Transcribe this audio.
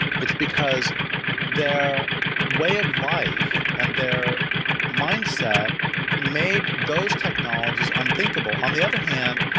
it's because their way of life and their mindset made those technologies unthinkable. on the other hand,